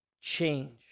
change